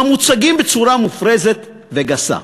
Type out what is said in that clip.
המוצגים בצורה מופרזת וגסה".